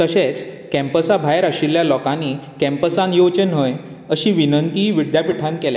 तशेंच कॅम्पसा भायर आशिल्ल्या लोकांनी कॅम्पसांत येवचे न्हय अशी विनंतीय विद्यापिठान केल्या